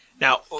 Now